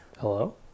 Hello